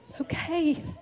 Okay